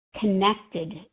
connected